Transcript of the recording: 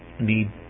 need